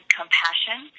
compassion